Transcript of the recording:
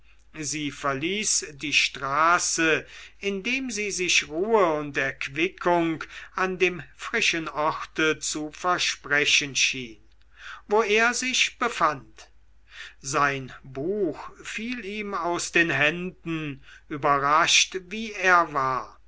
sie verließ die straße indem sie sich ruhe und erquickung an dem frischen orte zu versprechen schien wo er sich befand sein buch fiel ihm aus den händen überrascht wie er war